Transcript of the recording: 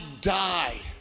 die